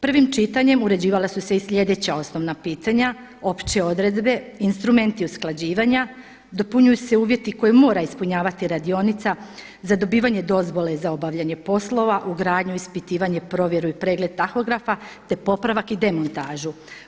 Prvim čitanjem uređivala su se i sljedeća osnovna pitanja, opće odredbe, instrumenti usklađivanja, dopunjuju se uvjeti koje mora ispunjavati radionica za dobivanje dozvole za obavljanje poslova, ugradnju, ispitivanje, provjeru i pregled tahografa, te popravak i demontažu.